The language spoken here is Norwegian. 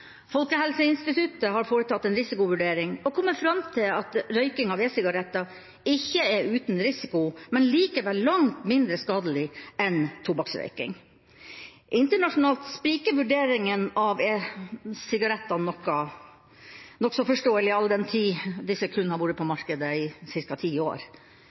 Folkehelseinstituttet har foretatt en risikovurdering og kommet fram til at røyking av e-sigaretter ikke er uten risiko, men likevel langt mindre skadelig enn tobakksrøyking. Internasjonalt spriker vurderingen av e-sigaretter noe, det er nokså forståelig all den tid disse kun har vært på markedet i ca. ti år.